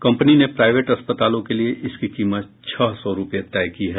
company ने private अस्पतालों के लिए इसकी कीमत छह सौ रुपये तय की है